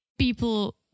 People